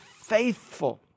faithful